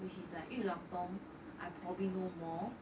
which is like 裕廊东 I probably know more